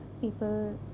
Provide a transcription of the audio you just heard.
people